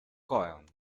cohen